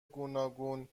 گوناگون